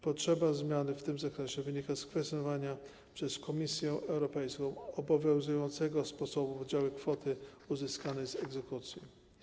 Potrzeba zmiany w tym zakresie wynika z kwestionowania przez Komisję Europejską obowiązującego sposobu podziału kwoty uzyskanej z egzekucji.